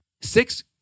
Six